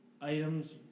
items